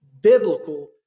biblical